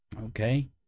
Okay